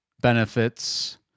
benefits